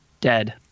Dead